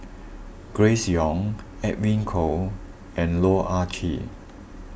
Grace Young Edwin Koek and Loh Ah Chee